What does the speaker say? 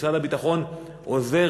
משרד הביטחון עוזר